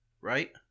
right